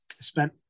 spent